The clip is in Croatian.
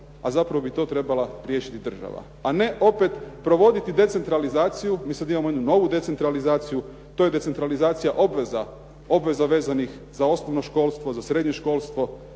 a zapravo bi to trebala riješiti države A ne opet provoditi decentralizaciju, mi sada imamo novu decentralizaciju, to je decentralizacija obveza, obveza vezanih za osnovno školstvo, za srednje školstvo.